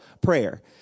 prayer